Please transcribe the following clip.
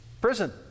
Prison